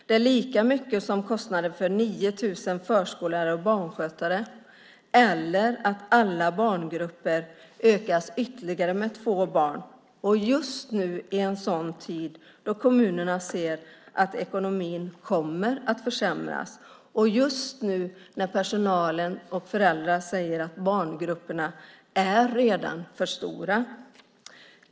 Det är lika mycket som kostnaden för 9 000 förskollärare och barnskötare, eller att alla barngrupper utökas med ytterligare två barn - och just nu i en tid då kommunerna ser att ekonomin kommer att försämras, och just nu när personal och föräldrar säger att barngrupperna redan är för stora.